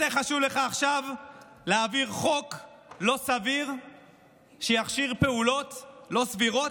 יותר חשוב לך עכשיו להעביר חוק לא סביר שיכשיר פעולות לא סבירות?